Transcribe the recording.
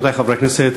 רבותי חברי הכנסת,